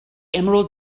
emerald